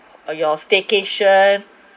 uh your staycation